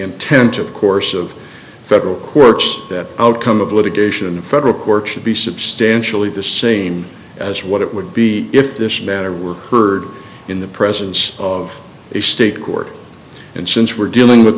of course of federal courts that outcome of litigation in federal court should be substantially the same as what it would be if this matter were heard in the presence of a state court and since we're dealing with